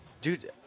Dude